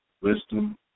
wisdom